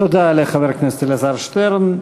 תודה לחבר הכנסת אלעזר שטרן.